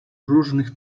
różnych